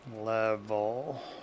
level